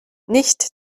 nicht